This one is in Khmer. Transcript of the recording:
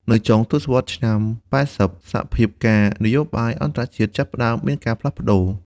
នៅចុងទសវត្សរ៍ឆ្នាំ ៨០ សភាពការណ៍នយោបាយអន្តរជាតិចាប់ផ្តើមមានការផ្លាស់ប្តូរ។